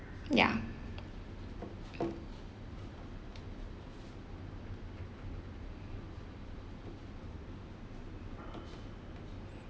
ya